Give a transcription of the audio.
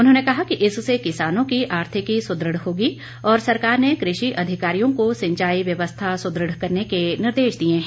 उन्होंने कहा कि इससे किसानों की आर्थिकी सुदृढ़ होगी और सरकार ने कृषि अधिकारियों को सिंचाई व्यवस्था सुदृढ़ करने के निर्देश दिए हैं